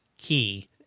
key